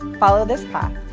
follow this path.